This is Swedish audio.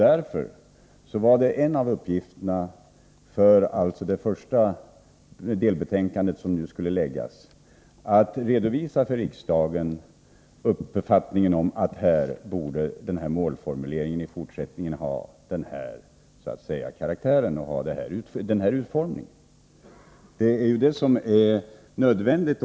Därför var en av de första uppgifterna inför det första delbetänkandet att för riksdagen redovisa uppfattningen att den här målformuleringen i fortsättningen borde ha den utformning som den nu har fått.